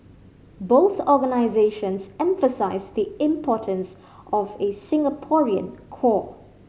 both organisations emphasise the importance of a Singaporean core